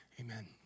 Amen